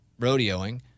rodeoing